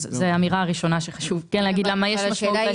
זאת אמירה ראשונה שחשוב לומר אותה.